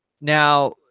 Now